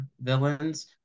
villains